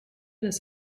this